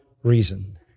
reason